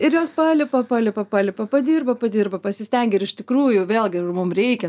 ir jos palipa palipa palipa padirba padirba pasistengia ir iš tikrųjų vėlgi mum reikia